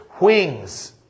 wings